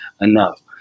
enough